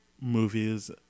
movies